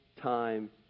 time